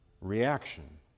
reaction